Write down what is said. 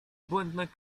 błędne